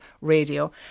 radio